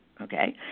Okay